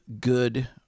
good